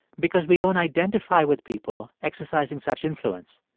because we don't identify with people exercising such influence.